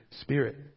spirit